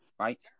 right